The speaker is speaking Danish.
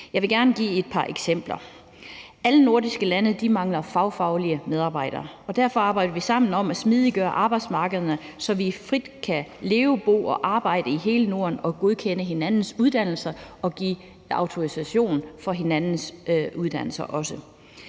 Jeg vil gerne give et par eksempler. Alle nordiske lande mangler fagfaglige medarbejdere. Derfor arbejder vi sammen om at smidiggøre arbejdsmarkederne, så vi frit kan leve, bo og arbejde i hele Norden, og godkende hinandens uddannelser og også give autorisation for hinandens uddannelser.